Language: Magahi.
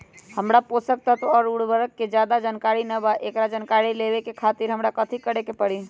हमरा पोषक तत्व और उर्वरक के ज्यादा जानकारी ना बा एकरा जानकारी लेवे के खातिर हमरा कथी करे के पड़ी?